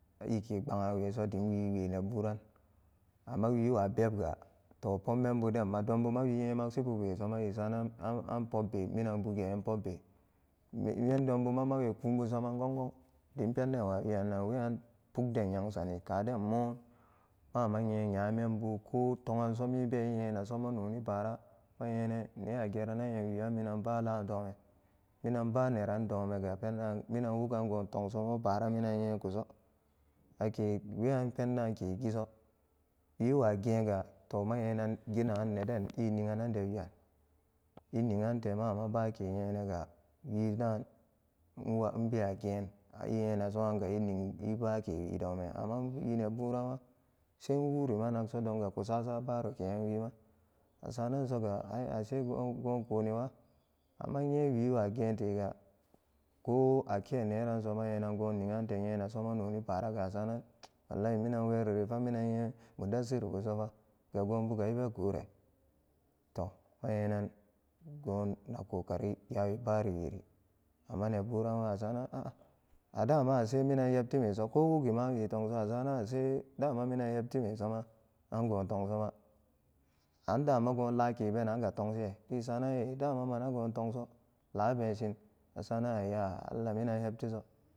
Eke bagaweso dimwineburan amma wiwa bebga to pommembuden ma donbuma wi nyimaksibubesoma esaranan an pobbe mnanbe ge nyem pkunbu saman gong gong dim penden wagiran weyan pukden nyemsani kade moo mapa nye nyamembu ko to'anso mibe enyenaso mononi baara ma nyenann nee ageranan nyemwi an minan ba laam domen minan ba neran domenga penda minan wugan gotongso mo baara minan nyikuso ake weyan pendanke giso wiwagena to manyenan ginagan neden eninganan dewiyan enigante ma'ama bake nyenanga wida in ebewangen a enyirasoranga ening ebake wi domen amma in wine buranwa saiinwunma nagso kusasa baro ke nyem wima asanan soga ai ashe go-gokoniwa amma inyewiwa gentega ko ake neranso manyenango nigante nyenaso mononi baaranga asanan n wallahi minan werifa minan nye mudassiru bu sofa ga gobuga ebegore to manyenan go nagkokari ya-bari wiri amma neburenwa asanan a'aadamaase minan nyeetimeso ko wugima wi tongso asanan ase dama minan nyeptimesoma ango tongsoba an damo go lakebenanga tongshe esa'anan dama manango tongso labenshi asanan ayya allah minan eptiso